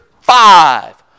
five